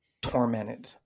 Tormented